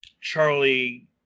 Charlie